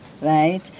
right